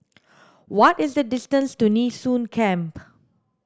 what is the distance to Nee Soon Camp